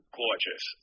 gorgeous